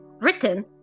written